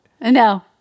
no